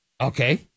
Okay